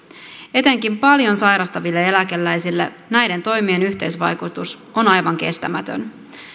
etenkin paljon sairastaville eläkeläisille näiden toimien yhteisvaikutus on aivan kestämätön